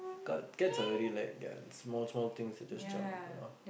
cats cats are very like ya small small things they just jump you know